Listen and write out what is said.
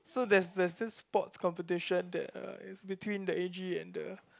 so there's there's this sports competition that uh is between the A_G and the